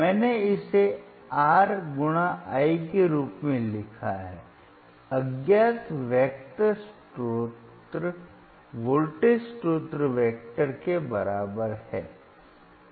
मैंने इसे R i के रूप में लिखा है अज्ञात वेक्टर स्वतंत्र वोल्टेज स्रोत वेक्टर के बराबर है